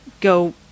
go